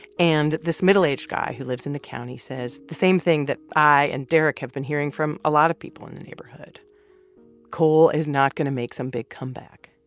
and this middle-aged guy who lives in the county says the same thing that i and derek have been hearing from a lot of people in the neighborhood coal is not going to make some big comeback.